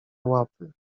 łapy